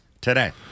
today